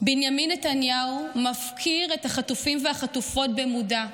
בנימין נתניהו מפקיר את החטופים והחטופות במודע.